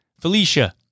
Felicia